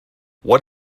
what